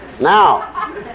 Now